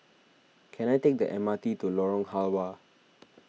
can I take the M R T to Lorong Halwa